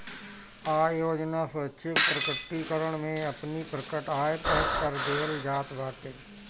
आय योजना स्वैच्छिक प्रकटीकरण में अपनी प्रकट आय पअ कर देहल जात बाटे